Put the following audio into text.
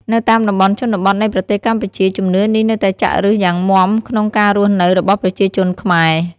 នៅតាមតំបន់ជនបទនៃប្រទេសកម្ពុជា ជំនឿនេះនៅតែចាក់ឬសយ៉ាងមាំក្នុងការរស់នៅរបស់ប្រជាជនខ្មែរ។